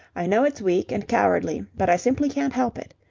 i know it's weak and cowardly, but i simply can't help it.